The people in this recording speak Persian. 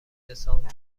دسامبر